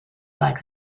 like